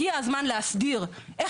הגיע הזמן להסדיר את